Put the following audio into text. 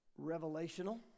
Revelational